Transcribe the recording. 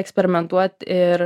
eksperimentuot ir